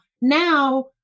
now